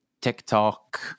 TikTok